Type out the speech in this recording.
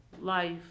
life